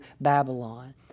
Babylon